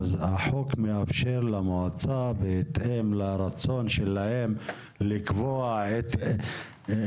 החוק מאפשר למועצה בהתאם לרצון שלהם להציע